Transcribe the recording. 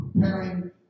preparing